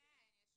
יש חוקים,